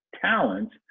talents